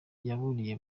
yaburiye